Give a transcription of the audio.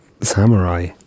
samurai